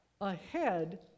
ahead